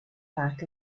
back